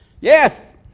yes